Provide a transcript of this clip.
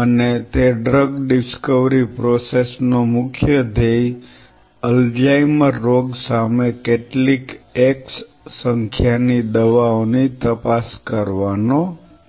અને તે drug discovery process નો મુખ્ય ધ્યેય અલ્ઝાઇમર રોગ સામે કેટલીક x સંખ્યાની દવાઓની તપાસ કરવાનો છે